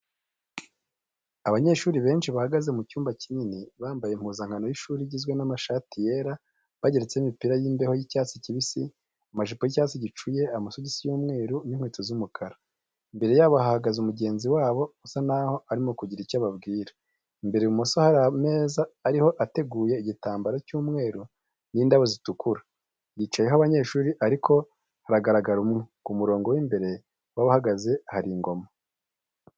Abanyeshuri benshi bahagaze mu cyumba kinini. Bambaye impuzanakano y'ishuri igizwe n'amashati yera, bageretseho imipira y'imbeho y'icyatsi kibisi, amajipo y'icyatsi gicuye, amasogisi y'umweru n'inkweto z'umukara. Imbere yabo hahagaze mugenzi wabo usa naho arimo kugira icyo ababwira. Imbere ibumoso hari ameza ariho ateguyeho igitamabaro cy'umweru n'indabo zitukura, yicayeho abanyeshuri ariko haragaragara umwe. Ku murongo w'imbere w'abahagaze hari ingoma.